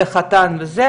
זה חתן וזה,